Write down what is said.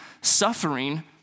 suffering